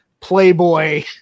Playboy